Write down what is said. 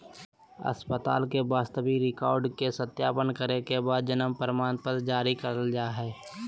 अस्पताल के वास्तविक रिकार्ड के सत्यापन करे के बाद जन्म प्रमाणपत्र जारी कइल जा हइ